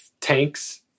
tanks